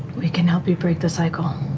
we can help you break the cycle.